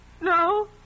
No